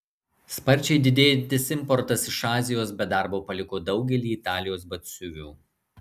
sparčiai didėjantis importas iš azijos be darbo paliko daugelį italijos batsiuvių